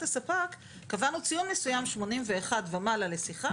הספק קבענו ציון מסוים 81 ומעלה לשיחה